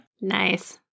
Nice